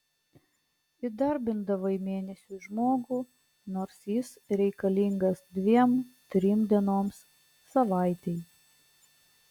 įdarbindavai mėnesiui žmogų nors jis reikalingas dviem trim dienoms savaitei